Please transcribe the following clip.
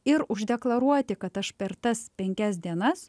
ir uždeklaruoti kad aš per tas penkias dienas